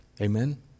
Amen